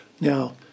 Now